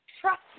trust